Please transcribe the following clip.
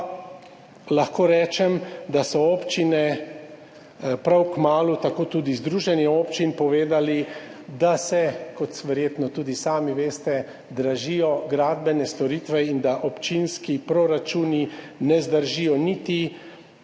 Pa lahko rečem, da so občine prav kmalu, tako tudi Združenje občin, povedale, da se, kot verjetno tudi sami veste, dražijo gradbene storitve in da občinski proračuni ne zdržijo niti